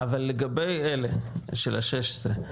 אבל לגבי אלה של ה-16,